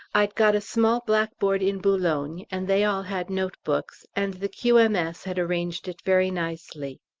i'd got a small blackboard in boulogne, and they all had notebooks, and the q m s. had arranged it very nicely.